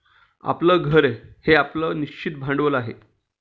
आपलं घर हे आपलं निश्चित भांडवल आहे